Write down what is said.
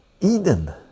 Eden